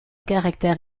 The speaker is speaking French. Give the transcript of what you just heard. caractère